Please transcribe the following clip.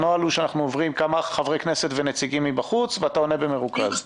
הנוהל הוא שאנחנו שומעים כמה חברי כנסת ונציגים מבחוץ ואתה עונה במרוכז.